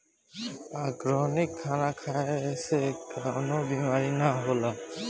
organic खाना खाए से कवनो बीमारी ना होला